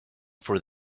for